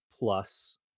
Plus